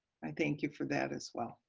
i thank you for that as well.